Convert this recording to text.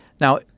Now